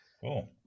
Cool